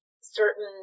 certain